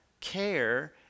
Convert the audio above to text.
care